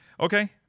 Okay